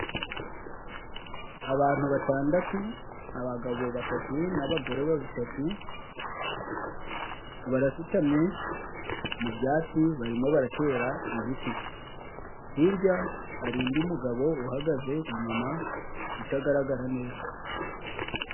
Abantu batandatu abagabo batatu, n'abagore batatu, barasutamye mu byatsi barimo baratera ibiti, hirya hari undi mugabo uhagaze inyuma utagaragara neza.